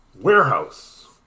Warehouse